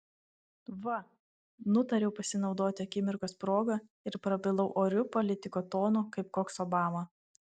va nutariau pasinaudoti akimirkos proga ir prabilau oriu politiko tonu kaip koks obama